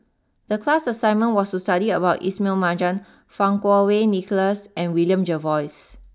the class assignment was to study about Ismail Marjan Fang Kuo Wei Nicholas and William Jervois